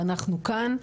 ואנחנו כאן,